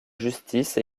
justice